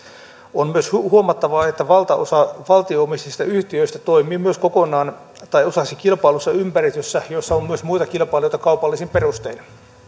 on myös huomattava että valtaosa valtio omisteisista yhtiöistä toimii myös kokonaan tai osaksi kilpaillussa ympäristössä jossa on myös muita kilpailijoita kaupallisin perustein